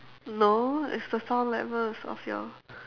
no it's the sound levels of your